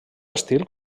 estil